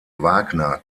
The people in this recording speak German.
wagner